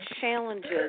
challenges